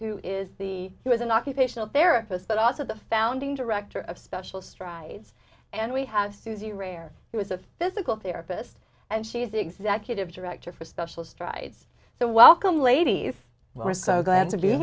who is the who was an occupational therapist but also the founding director of special strides and we have susie rare who was a physical therapist and she is the executive director for special strides so welcome ladies we're so glad to be